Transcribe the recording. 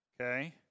okay